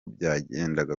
byagenda